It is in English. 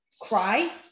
cry